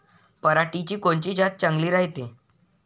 पऱ्हाटीची कोनची जात चांगली रायते?